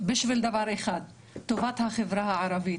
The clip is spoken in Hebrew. בשביל דבר אחד טובת החברה הערבית.